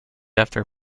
after